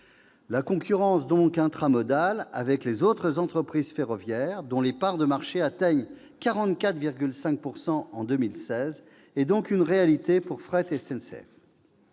La concurrence intramodale avec les autres entreprises ferroviaires, dont les parts de marché atteignaient 44,5 % en 2016, est donc une réalité pour Fret SNCF.